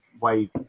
wave